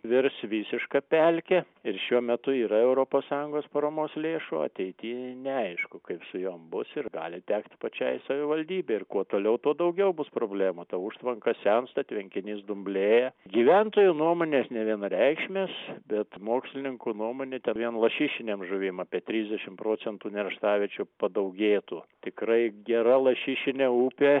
virs visiška pelke ir šiuo metu yra europos sąjungos paramos lėšų ateity neaišku kaip su juo bus ir gali tekt pačiai savivaldybei ir kuo toliau tuo daugiau bus problemų ta užtvanka sensta tvenkinys dumblėja gyventojų nuomonės nevienareikšmės bet mokslininkų nuomone ten vien lašišinėm žuvim apie trisdešim procentų nerštaviečių padaugėtų tikrai gera lašišinė upė